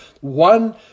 one